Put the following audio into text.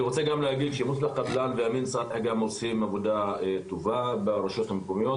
אני רוצה להגיד ש -- עושים עבודה טובה ברשויות המקומיות,